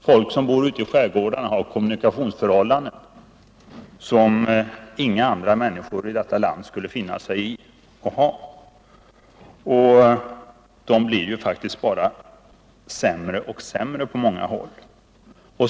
Folk som bor ute i skärgårdarna har kommunikationsförhållanden som inga andra människor i detta land skulle finna sig i att ha, och kommunikationerna blir faktiskt bara sämre och sämre på många håll.